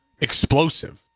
Explosive